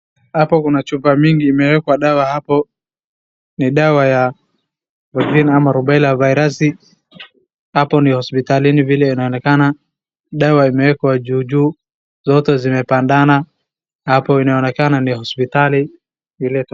Hapo kuna chupa mingi imewekwa dawa hapo, ni dawa ya kidini ama rubela vairasi, hapo ni hospitalini vile inaonekana, dawa imewekwa juu juu zote zimepandana hapo inaonekana ni hospitali.